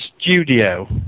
studio